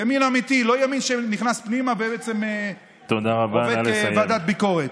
ימין אמיתי ולא ימין שנכנס פנימה ובעצם ועובד כוועדת ביקורת.